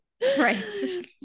Right